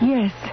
Yes